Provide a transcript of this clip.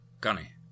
Gunny